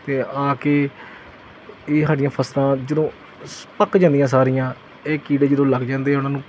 ਤੇ ਆ ਕੇ ਇਹ ਸਾਡੀਆਂ ਫਸਲਾਂ ਜਦੋਂ ਪੱਕ ਜਾਂਦੀਆਂ ਸਾਰੀਆਂ ਇਹ ਕੀੜੇ ਜਦੋਂ ਲੱਗ ਜਾਂਦੇ ਉਹਨਾਂ ਨੂੰ